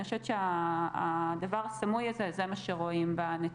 אני חושבת שהדבר הסמוי הזה, זה מה שרואים בנתונים.